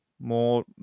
more